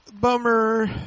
Bummer